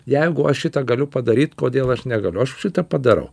jeigu aš šitą galiu padaryt kodėl aš negaliu aš šitą padarau